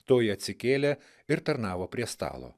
toji atsikėlė ir tarnavo prie stalo